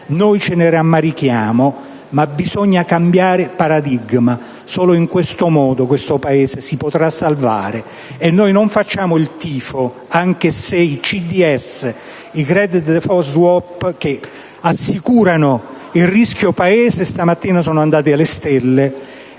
Noi ce ne rammarichiamo, ma bisogna cambiare paradigma. Solo in questo modo il Paese si potrà salvare, e noi facciamo il tifo, anche se i CDS, ossia i *credit default swaps*, che assicurano il rischio Paese, questa mattina sono andati alle stelle